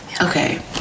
okay